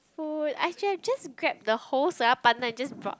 food I should have just grabbed the whole soya pandan and just brought